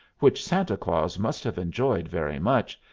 which santa claus must have enjoyed very much,